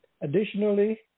Additionally